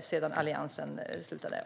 sedan Alliansen slutade.